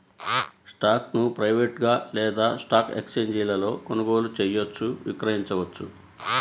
స్టాక్ను ప్రైవేట్గా లేదా స్టాక్ ఎక్స్ఛేంజీలలో కొనుగోలు చేయవచ్చు, విక్రయించవచ్చు